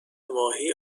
ماهی